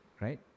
right